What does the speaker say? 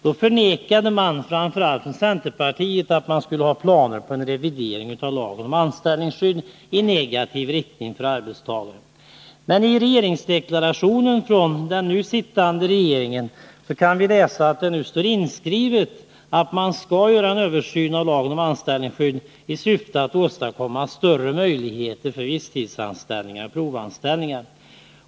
Då förnekade man framför allt från centerpartiet att man skulle ha planer på en revidering av lagen om anställningsskydd i negativ riktning för arbetstagare. Men i regeringsdeklarationen från den nu sittande regeringen kan vi konstatera att det nu står inskrivet att man skall göra en översyn av LAS i syfte att åstadkomma större möjligheter för visstidsanställningar och provanställningar.